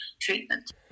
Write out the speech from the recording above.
treatment